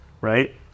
right